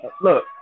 look